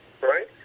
right